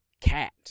Cat